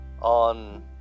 on